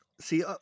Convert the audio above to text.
See